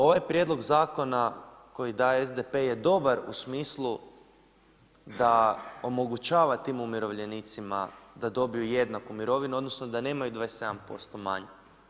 Ovaj prijedlog zakona koji daje SDP je dobar u smislu da omogućava tim umirovljenicima da dobiju jednaku mirovinu, odnosno da nemaju 27% manju.